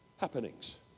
Happenings